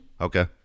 Okay